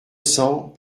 cents